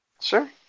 Sure